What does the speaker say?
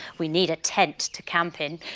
we need a tent to camp in.